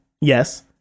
Yes